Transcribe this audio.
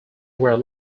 were